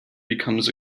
becomes